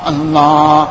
Allah